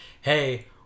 hey